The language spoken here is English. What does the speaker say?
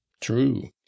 true